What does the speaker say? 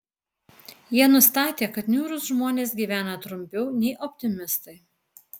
jie nustatė kad niūrūs žmonės gyvena trumpiau nei optimistai